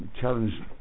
challenge